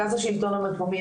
מרכז השלטון המקומי,